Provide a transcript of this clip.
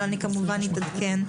אבל כמובן אתעדכן.